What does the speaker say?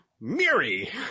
miri